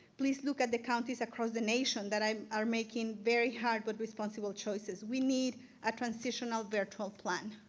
please look at the counties across the nation that um are making very hard, but responsible choices. we need a transitional virtual plan.